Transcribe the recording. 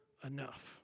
enough